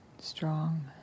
strong